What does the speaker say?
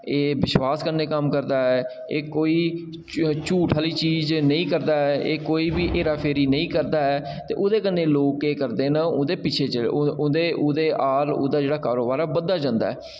एह् विश्वास कन्नै कम्म करदा ऐ एह् कोई झूठ आह्ली चीज नेईं करदा ऐ एह् कोई बी हेरा फेरी नेईं करदा ऐ ते ओह्दे कन्नै लोक केह् करदे न ओह्दे पिच्छें ओह्दा जेह्ड़ा कारोबार ऐ बधदा जंदा ऐ